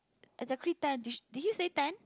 exactly ten did she did he say ten